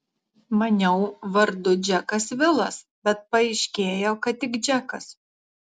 maniau vardu džekas vilas bet paaiškėjo kad tik džekas